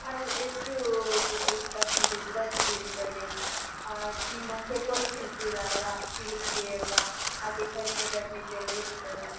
ಅಲ್ಲ ಎಷ್ಟು ಇದು ಇದು ಪರ್ಸಂಟೇಜ್ ಬಡ್ಡಿ ಬೀಳ್ತದೆ ನೀವು ಅದಕ್ಕೆ ಕೊಡ್ತಿರ್ತೀರಲ್ಲ ಎಲ್ಲ ಹಾಗೆ ಕಡಿಮೆ ಬಡ್ಡಿದು ಎಲ್ಲ ಎಷ್ಟು ಅದು